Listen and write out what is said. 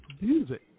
music